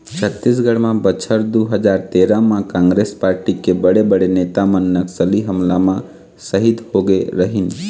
छत्तीसगढ़ म बछर दू हजार तेरा म कांग्रेस पारटी के बड़े बड़े नेता मन नक्सली हमला म सहीद होगे रहिन